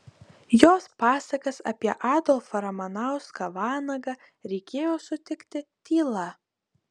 jos pasakas apie adolfą ramanauską vanagą reikėjo sutikti tyla